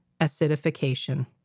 acidification